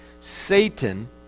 Satan